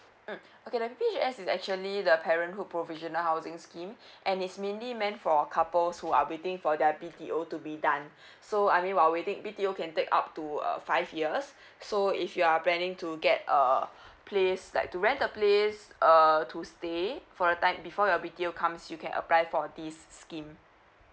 mm okay the P_P_H_S is actually the parenthood provisional housing scheme and it's mainly meant for couples who are waiting for their B_T_O to be done so I mean while waiting B_T_O can take up to uh five years so if you're planning to get a place like to rent a place err to stay for a time before your B_T_O comes you can apply for this scheme